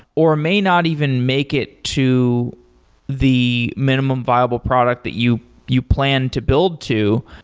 or may not even make it to the minimum viable product that you you plan to build to,